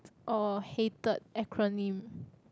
or hated acronym